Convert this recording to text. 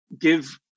give